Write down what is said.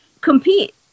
compete